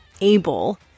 able